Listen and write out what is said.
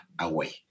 away